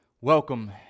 welcome